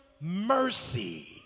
mercy